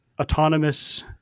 autonomous